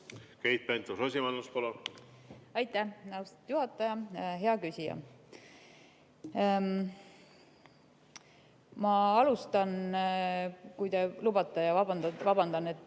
Keit Pentus-Rosimannus, palun! Aitäh, austatud juhataja! Hea küsija! Ma alustan, kui te lubate, ja vabandan,